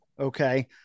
Okay